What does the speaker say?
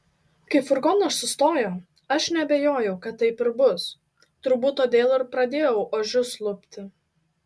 kai furgonas sustojo aš neabejojau kad taip ir bus turbūt todėl ir pradėjau ožius lupti